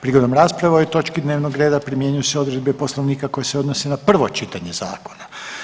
Prigodom rasprave o ovoj točki dnevnog reda primjenjuju se odredbe Poslovnika koje se odnose na prvo čitanje zakona.